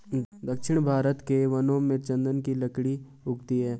दक्षिण भारत के वनों में चन्दन की लकड़ी उगती है